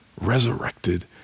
resurrected